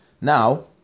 Now